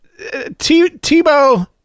Tebow